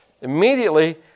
immediately